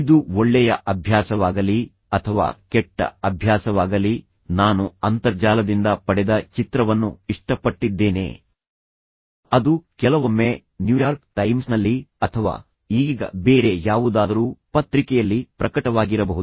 ಇದು ಒಳ್ಳೆಯ ಅಭ್ಯಾಸವಾಗಲಿ ಅಥವಾ ಕೆಟ್ಟ ಅಭ್ಯಾಸವಾಗಲಿ ನಾನು ಅಂತರ್ಜಾಲದಿಂದ ಪಡೆದ ಚಿತ್ರವನ್ನು ಇಷ್ಟಪಟ್ಟಿದ್ದೇನೆ ನೀವು ನೋಡಿದರೆ ಅದು ಕೆಲವೊಮ್ಮೆ ನ್ಯೂಯಾರ್ಕ್ ಟೈಮ್ಸ್ನಲ್ಲಿ ಅಥವಾ ಈಗ ಬೇರೆ ಯಾವುದಾದರೂ ಪತ್ರಿಕೆಯಲ್ಲಿ ಪ್ರಕಟವಾಗಿರಬಹುದು